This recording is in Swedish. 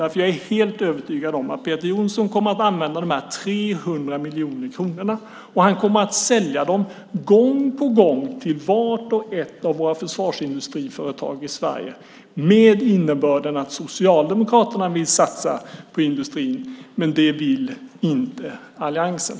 Jag är nämligen helt övertygad om att Peter Jonsson kommer att använda dessa 300 miljoner och sälja dem gång på gång till vart och ett av våra försvarsindustriföretag i Sverige med innebörden att Socialdemokraterna vill satsa på industrin, men det vill inte alliansen.